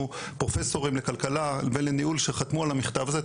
פרופסורים לכלכלה ולניהול שחתמו על המכתב הזה,